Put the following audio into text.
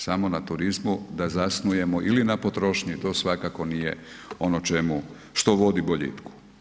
Samo na turizmu da zasnujemo ili na potrošnji, to svakako nije ono čemu što vodi boljitku.